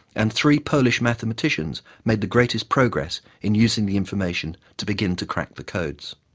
and three polish mathematicians made the greatest progress in using the information to begin to crack the codes.